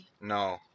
No